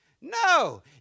No